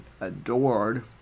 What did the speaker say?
adored